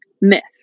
myth